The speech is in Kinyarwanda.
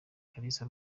kalisa